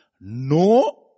No